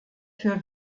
für